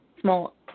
Small